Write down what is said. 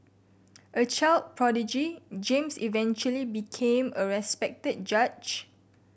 a child prodigy James eventually became a respected judge